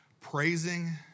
praising